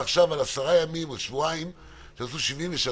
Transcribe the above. כשהוא מדבר על כך שבעשרה ימים או שבועיים ניתנו 73 דוחות,